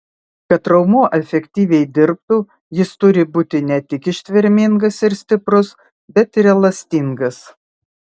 kad raumuo efektyviai dirbtų jis turi būti ne tik ištvermingas ir stiprus bet ir elastingas